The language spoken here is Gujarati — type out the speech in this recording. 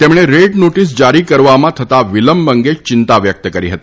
તેમણે રેડ નોટિસ જારી કરવામાં થતા વિલંબ અંગે ચિંતા વ્યકત કરી હતી